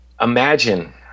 imagine